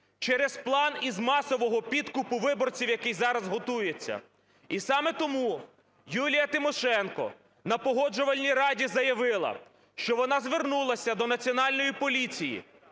через план із масового підкупу виборців, який зараз готується. І саме тому Юлія Тимошенко на Погоджувальній раді заявила, що вона звернулася до Національної поліції